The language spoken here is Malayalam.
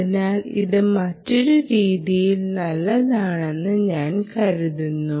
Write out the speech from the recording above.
അതിനാൽ ഇത് മറ്റൊരു രീതിയിൽ നല്ലതാണെന്ന് ഞാൻ കരുതുന്നു